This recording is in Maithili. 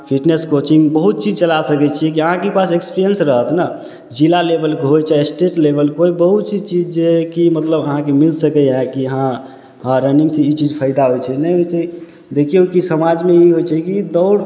फिटनेस कोचिंग बहुत चीज चला सकै छी की अहाँके पास एक्सपीरियन्स रहत ने जिला लेबलके होइ चाहे स्टेट लेबल पर होइ बहुत चीज जे है कि मतलब अहाँके मिल सकै हइ की हँ रनिंग से ई चीज फायदा होइ छै नहि होइ छै देखियौ की समाजमे ई होइ छै की दौड़